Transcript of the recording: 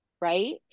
Right